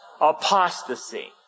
Apostasy